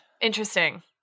Interesting